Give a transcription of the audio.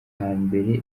hambere